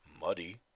muddy